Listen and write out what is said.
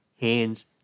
hands